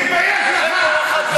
תתבייש לך, לאן הגעת?